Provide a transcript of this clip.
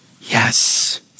Yes